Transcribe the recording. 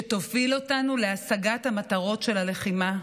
שתוביל אותנו להשגת המטרות של הלחימה,